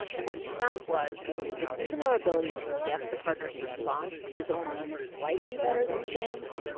and what he found was that even their ability to guess the partner's response is only slightly better than chance.